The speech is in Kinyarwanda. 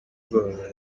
ndwara